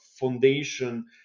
foundation